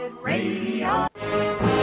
radio